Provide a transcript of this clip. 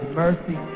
mercy